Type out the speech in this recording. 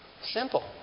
Simple